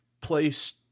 place